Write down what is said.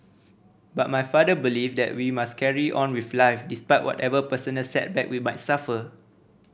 but my father believes that we must carry on with life despite whatever personal setback we might suffer